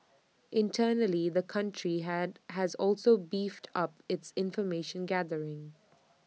internally the country had has also beefed up its information gathering